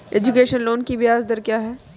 Education loan की ब्याज दर क्या है?